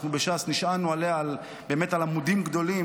אנחנו בש"ס נשענו באמת על עמודים גבוהים.